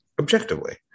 Objectively